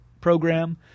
program